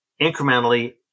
Incrementally